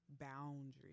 boundaries